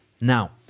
now